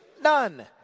None